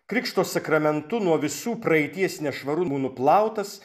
krikšto sakramentu nuo visų praeities nešvarumų nuplautas